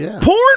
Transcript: Porn